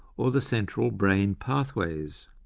or the central brain pathways.